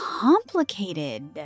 complicated